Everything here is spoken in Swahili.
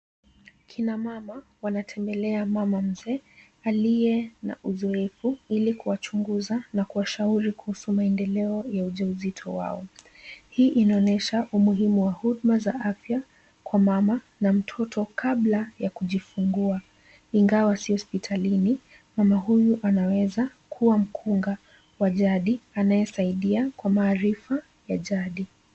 Kina mama wanatembelea mama mzee aliye na uzoefu ili kuwachunguza na kuwashauri kuhusu maendeleo ya ujazito wao. Hii inaonyesha umuhimu wa huduma za afya kwa mama na mtoto kabla ya kujifungua ingawa si hospitalini, mama huyu anaweza kuwa mkunga wa jadi anayesaidia kwa maarifa ya jadi.